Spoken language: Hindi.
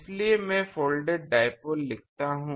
इसलिए मैं फोल्डेड डाइपोल लिखता हूं